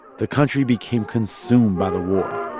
the country became consumed by the war